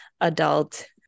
adult